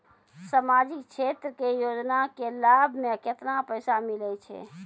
समाजिक क्षेत्र के योजना के लाभ मे केतना पैसा मिलै छै?